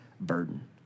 burden